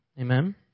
Amen